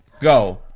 go